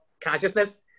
consciousness